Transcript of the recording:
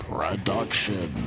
Production